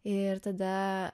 ir tada